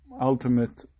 ultimate